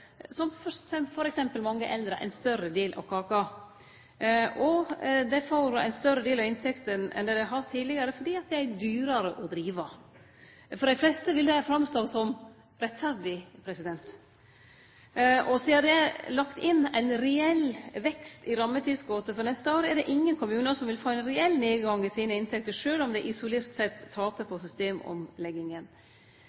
som f.eks. mange eldre, ein større del av kaka. Og dei får ein større del av inntektene enn det dei har hatt tidlegare, fordi dei er dyrare å drive. For dei fleste vil det framstå som rettferdig. Sidan det er lagt inn ein reell vekst i rammetilskotet for neste år, er det ingen kommunar som vil få ein reell nedgang i sine inntekter, sjølv om dei isolert sett taper på